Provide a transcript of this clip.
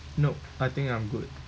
no I think I'm good